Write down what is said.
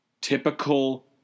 typical